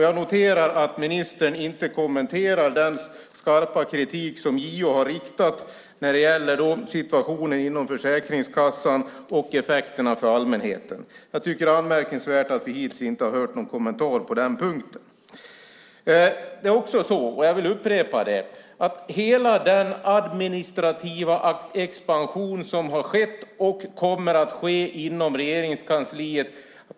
Jag noterar att ministern inte kommenterar den skarpa kritik som JO har riktat när det gäller situationen inom Försäkringskassan och effekterna för allmänheten. Det är anmärkningsvärt att vi hittills inte har hört någon kommentar på den punkten. Det har skett och kommer att ske en administrativ expansion inom Regeringskansliet.